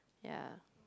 ya